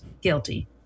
guilty